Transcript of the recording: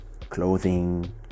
clothing